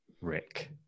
Rick